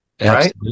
Right